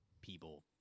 people